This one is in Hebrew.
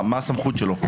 מה הסמכות שלו?